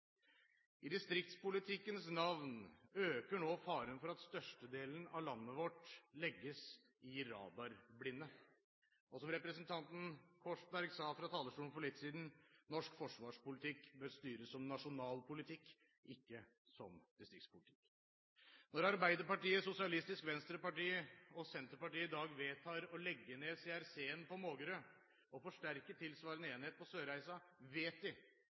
I distriktspolitikkens navn øker nå faren for at størstedelen av landet vårt legges i radarblinde. Som representanten Korsberg sa fra talerstolen for litt siden, norsk forsvarspolitikk bør styres som nasjonal politikk, ikke som distriktspolitikk. Når Arbeiderpartiet, Sosialistisk Venstreparti og Senterpartiet i dag vedtar å legge ned CRC-en på Mågerø og forsterke tilsvarende enhet i Sørreisa, vet de